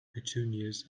petunias